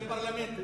זה פרלמנט.